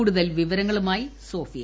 കൂടുതൽ വിവരങ്ങളുമായി സോഫിയ